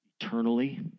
eternally